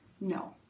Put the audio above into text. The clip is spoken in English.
No